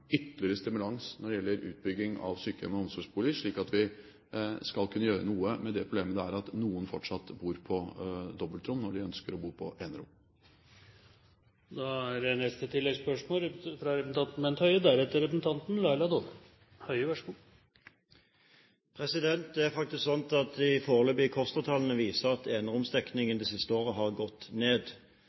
ytterligere stimulans når det gjelder utbygging av sykehjem og omsorgsboliger, slik at vi skal kunne gjøre noe med det problemet det er at noen fortsatt bor på dobbeltrom når de ønsker å bo på enerom. Bent Høie – til oppfølgingsspørsmål. Det er faktisk slik at de foreløpige KOSTRA-tallene viser at eneromsdekningen det siste året har gått ned.